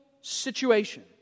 situation